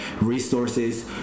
resources